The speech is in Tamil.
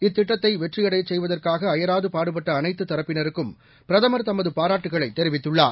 இத்திட்டத்தை வெற்றியடையச் செய்வதற்காக அயராது பாடுபட்ட அனைத்து தரப்பினருக்கும் பிரதமர் தமது பாராட்டுகளை தெரிவித்துள்ளார்